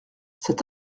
cet